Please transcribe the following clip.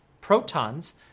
protons